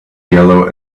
yellow